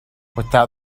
without